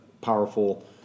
powerful